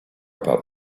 about